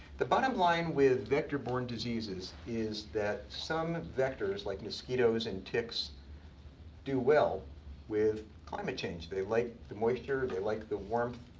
the bottom line with vector-borne diseases is that some vectors like mosquitoes and ticks do well with climate change. they like the moisture, they like the warmth,